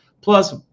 Plus